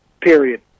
period